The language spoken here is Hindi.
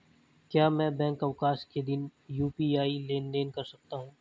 क्या मैं बैंक अवकाश के दिन यू.पी.आई लेनदेन कर सकता हूँ?